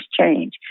change